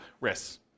risks